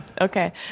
Okay